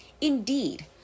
Indeed